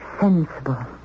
Sensible